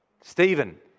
Stephen